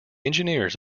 engineers